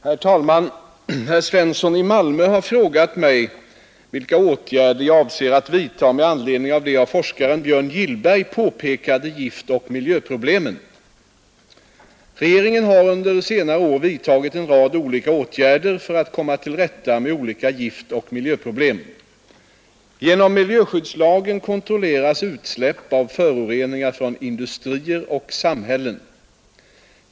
Herr talman! Herr Svensson i Malmö har frågat mig vilka åtgärder jag avser att vidta med anledning av de av forskaren Björn Gillberg påpekade Regeringen har under senare år vidtagit en rad olika åtgärder för att komma till rätta med olika giftoch miljöproblem. Genom miljöskyddslagen kontrolleras utsläpp av föroreningar från industrier och samhällen.